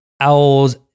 OWL's